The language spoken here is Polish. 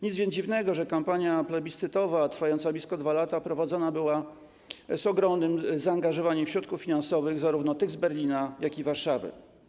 Nic więc dziwnego, że kampania plebiscytowa, trwająca blisko 2 lata, prowadzona była z ogromnym zaangażowaniem środków finansowych, zarówno tych z Berlina, jak i z Warszawy.